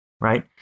right